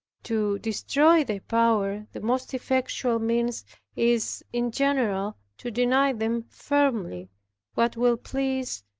to destroy their power, the most effectual means is, in general, to deny them firmly what will please,